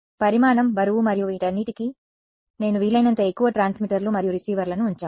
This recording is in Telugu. కాబట్టి పరిమాణం బరువు మరియు వీటన్నింటికీ సరే నేను వీలైనంత ఎక్కువ ట్రాన్స్మిటర్లు మరియు రిసీవర్లను ఉంచాలి